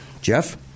Jeff